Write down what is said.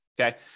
Okay